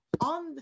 on